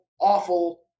awful